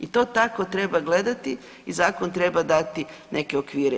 I to tako treba gledati i zakon treba dati neke okvire.